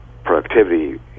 productivity